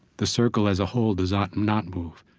the circle as a whole does ah not move,